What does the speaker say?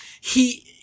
he-